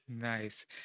Nice